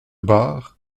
bar